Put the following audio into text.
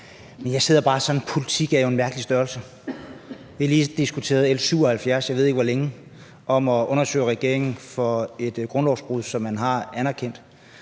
Jeg sidder bare og tænker, at politik er en mærkelig størrelse. Vi har lige diskuteret L 77, jeg ved ikke hvor længe, om at undersøge regeringen for et grundlovsbrud, som man har anerkendt.